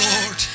Lord